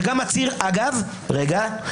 ובאופן מימושה בהפגנות המתקיימות לאחרונה.